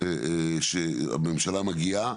שהממשלה מגיעה